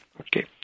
Okay